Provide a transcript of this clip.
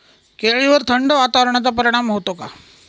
केळीवर थंड वातावरणाचा परिणाम होतो का?